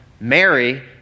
Mary